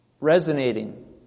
resonating